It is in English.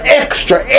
extra